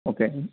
okay